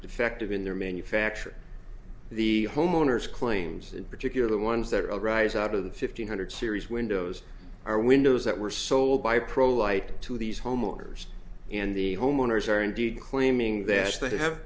defective in their manufacture the homeowners claims in particular the ones that arise out of the fifteen hundred series windows are windows that were sold by pro light to these homeowners and the homeowners are indeed claiming that as they have